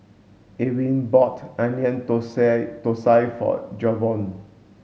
Ewing bought onion Thosai for Jayvon